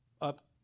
up